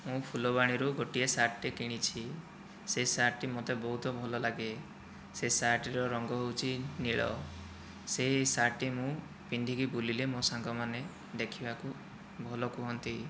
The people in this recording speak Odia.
ମୁଁ ଫୁଲବାଣୀରୁ ଗୋଟିଏ ସାର୍ଟ ଟିଏ କିଣିଛି ସେ ସାର୍ଟଟି ମୋତେ ବହୁତ ଭଲ ଲାଗେ ସେ ସାର୍ଟଟି ର ରଙ୍ଗ ହେଉଛି ନୀଳ ସେହି ସାର୍ଟଟି ମୁଁ ପିନ୍ଧିକି ବୁଲିଲେ ମୋ ସାଙ୍ଗମାନେ ଦେଖିବାକୁ ଭଲ କୁହନ୍ତି